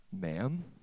ma'am